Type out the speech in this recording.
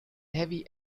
heavy